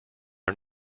are